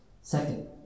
Second